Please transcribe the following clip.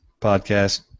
podcast